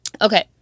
Okay